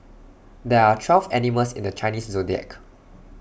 there are twelve animals in the Chinese Zodiac